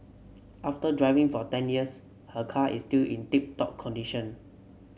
after driving for ten years her car is still in tip top condition